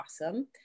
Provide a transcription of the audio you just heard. awesome